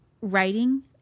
writing